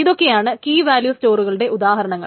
ഇതൊക്കെയാണ് key value സ്റ്റോറുകളുടെ ഉദാഹരണങ്ങൾ